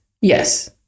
yes